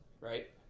right